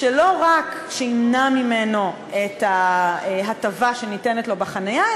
שלא רק שלא ימנע ממנו את ההטבה שניתנת לו בחניה,